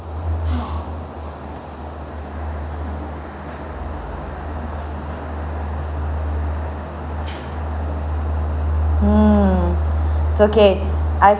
mm it's okay I've